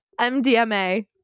MDMA